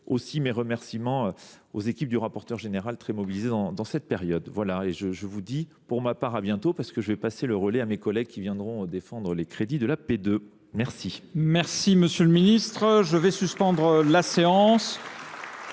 aussi mes remerciements aux équipes du rapporteur général très mobilisés dans cette période. Voilà et je vous dis pour ma part à bientôt parce que je vais passer le relais à mes collègues qui viendront défendre les crédits de la P2. Merci. Merci Merci Monsieur le Ministre. Je vais suspendre la séance.